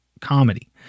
comedy